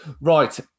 Right